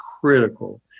critical